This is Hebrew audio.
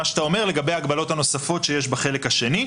למה שאת אומר לגבי ההגבלות הנוספות שיש בחלק השני.